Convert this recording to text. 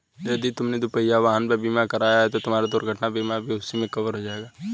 यदि तुमने दुपहिया वाहन का बीमा कराया है तो तुम्हारा दुर्घटना बीमा भी उसी में कवर हो जाएगा